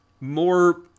more